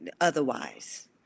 otherwise